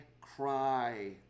cry